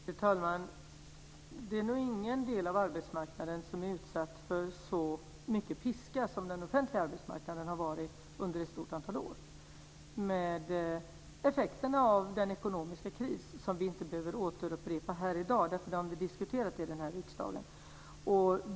Fru talman! Det är nog ingen del av arbetsmarknaden som har varit utsatt för piskan så mycket som den offentliga arbetsmarknaden har varit under ett stort antal år, med tanke på effekterna av den ekonomiska krisen. Det behöver vi inte upprepa här i dag, för det har vi diskuterat i riksdagen.